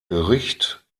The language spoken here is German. bericht